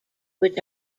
which